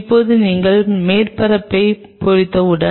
இப்போது நீங்கள் மேற்பரப்பை பொறித்தவுடன்